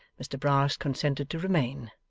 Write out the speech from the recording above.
mr brass consented to remain,